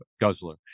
guzzler